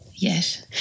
Yes